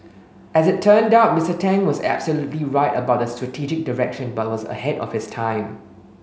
as it turned out Mister Tang was absolutely right about the strategic direction but was ahead of his time